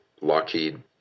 Lockheed